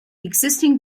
existing